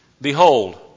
Behold